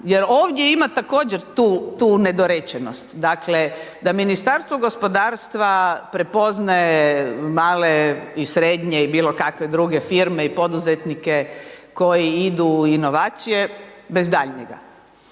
Jer ovdje ima također tu nedorečenosti. Dakle, da Ministarstvo gospodarstva prepoznaje male i srednje i bilo kakve druge firme i poduzetnike koji idu u inovacije bez daljnjega.